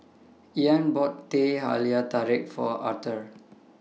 Ian bought Teh Halia Tarik For Arthor